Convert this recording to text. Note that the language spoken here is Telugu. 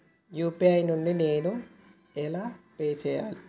యూ.పీ.ఐ నుండి నేను ఎలా పే చెయ్యాలి?